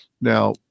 Now